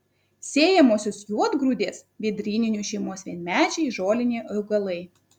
sėjamosios juodgrūdės vėdryninių šeimos vienmečiai žoliniai augalai